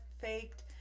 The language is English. faked